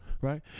right